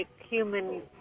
human